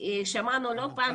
סמנכ"ל בכיר וראש מינהל